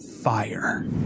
fire